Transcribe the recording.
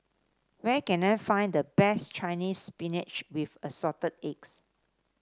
where can I find the best Chinese Spinach with Assorted Eggs